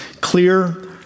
clear